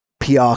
PR